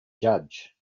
judge